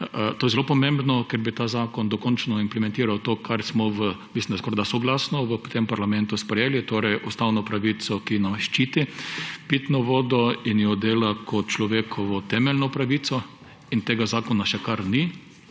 To je zelo pomembno, ker bi ta zakon dokončno implementiral to, kar smo – mislim, da skoraj soglasno – v tem parlamentu sprejeli, torej, ustavno pravico, ki nas ščiti, pitno vodo, in jo dela kot človekovo temeljno pravico, in tega zakona še kar ni,